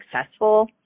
successful